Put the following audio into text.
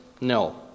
No